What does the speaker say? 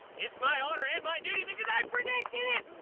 it's my honor and my duty, because i predicted it!